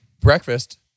breakfast